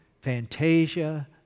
Fantasia